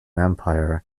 empire